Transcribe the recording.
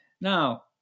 Now